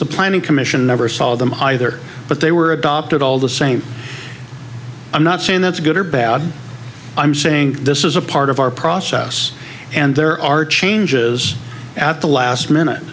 the planning commission never saw them either but they were adopted all the same i'm not saying that's good or bad i'm saying this is a part of our process and there are changes at the last minute